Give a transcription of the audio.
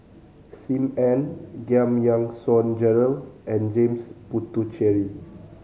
Sim Ann Giam Yean Song Gerald and James Puthucheary